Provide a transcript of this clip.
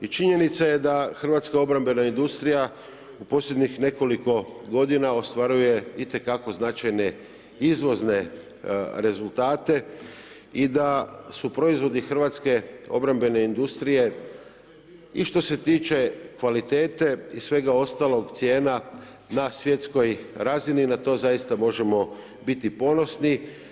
I činjenica je da hrvatska obrambena industrija u posljednjih nekoliko godina ostvaruje itekako značajne izvozne rezultate i da su proizvodi hrvatske obrambene industrije i što se tiče kvalitete i svega ostalog cijena na svjetskoj razini, na to zaista možemo biti ponosni.